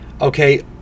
okay